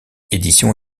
édition